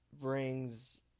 brings